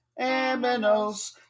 Aminos